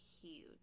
huge